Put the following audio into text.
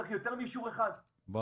צריך יותר מאישור אחד --- ברור,